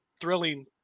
thrilling